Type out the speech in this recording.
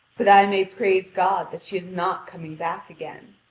but i may praise god that she is not coming back again.